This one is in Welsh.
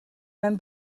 mewn